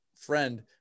friend